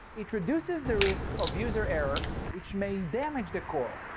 it reduces the risk of user errors, which may damage the corals.